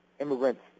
immigrants